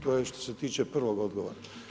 To je što se tiče prvog odgovora.